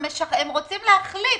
הם רוצים להחליף,